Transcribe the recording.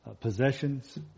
possessions